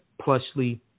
plushly